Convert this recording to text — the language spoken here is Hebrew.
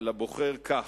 קדימה מתחייבת לבוחר כך: